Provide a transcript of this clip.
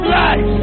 life